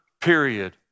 period